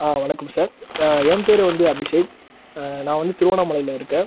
ஆ வணக்கம் சார் என் பேயரு வந்து அபிஷேக் நான் வந்து திருவண்ணாமலையில் இருக்கேன்